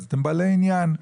אז אתם בעלי עניין.